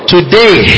Today